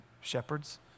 shepherds